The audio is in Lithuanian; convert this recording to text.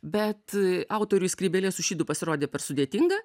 bet autoriui skrybėlė su šydu pasirodė per sudėtinga